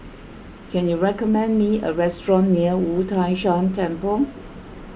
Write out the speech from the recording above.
can you recommend me a restaurant near Wu Tai Shan Temple